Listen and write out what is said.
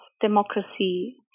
democracy